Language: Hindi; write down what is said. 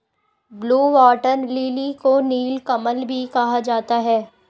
ब्लू वाटर लिली को नीलकमल भी कहा जाता है